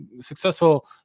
successful